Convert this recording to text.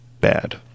bad